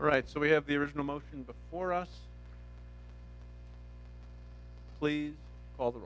right so we have the original motion before us please all the